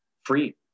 free